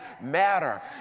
matter